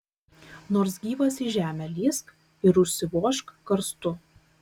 nors gyvas į žemę lįsk ir užsivožk karstu